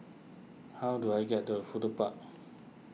how do I get to Fudu Park